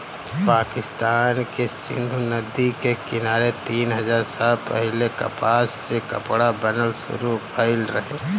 पाकिस्तान के सिंधु नदी के किनारे तीन हजार साल पहिले कपास से कपड़ा बनल शुरू भइल रहे